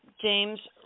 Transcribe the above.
James